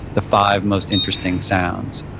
the five most interesting sounds?